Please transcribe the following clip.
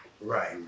Right